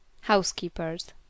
Housekeepers